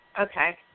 Okay